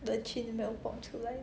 the chin will pop 出来